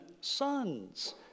sons